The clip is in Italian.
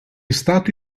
stato